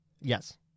Yes